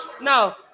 No